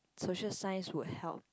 social science would help